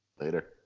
Later